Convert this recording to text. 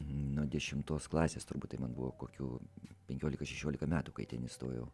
nuo dešimtos klasės turbūt tai man buvo kokių penkiolika šešiolika metų kai ten įstojau